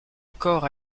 corps